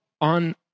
on